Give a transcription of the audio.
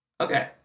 okay